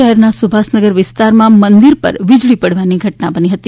શહેરના સુભાષનગર વિસ્તારમાં મંદિર પર વીજળી પડવાની ઘટના બની હતી